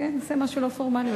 משהו לא פורמלי.